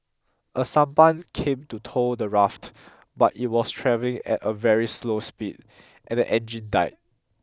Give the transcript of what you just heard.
a sampan came to tow the raft but it was travelling at a very slow speed and the engine died